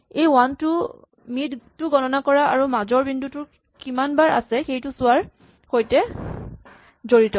এই ৱান টো মিড টো গণনা কৰা আৰু মাজৰ বিন্দুটোৰ কিমানবাৰ আছে সেইটো চোৱাৰ সৈতে জড়িত